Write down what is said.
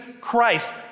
Christ